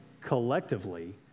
collectively